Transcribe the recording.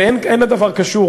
ואין הדבר קשור,